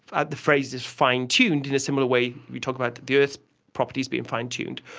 ah the phrase is fine-tuned in a similar way we talk about the earth's properties being fine-tuned,